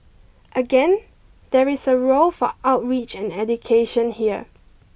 again there is a role for outreach and education here